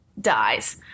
dies